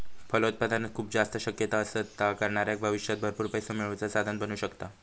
फलोत्पादनात खूप जास्त शक्यता असत, ता करणाऱ्याक भविष्यात भरपूर पैसो मिळवुचा साधन बनू शकता